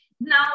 now